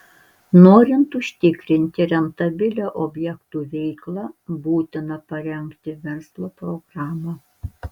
norint užtikrinti rentabilią objektų veiklą būtina parengti verslo programą